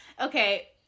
Okay